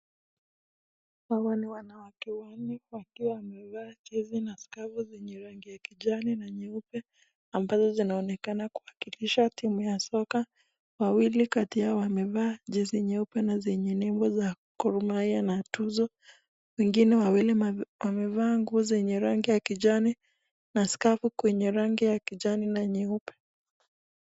Hawa ni wanawake wanne wakiwa wamevaa jezi na skafu lenye rangi ya kijani na nyeupe, ambayo zinaweza kuwakilisha timu ya soka, wawili kati yao wamevaa jezi neupe na ni nguo za Gor Mahia na tuzo, wengine wawili wamevaa nguo zenye rangi ya kijani na skafu zenye rangi ya kijani na nyeupe.